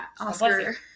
Oscar